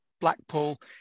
blackpool